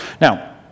Now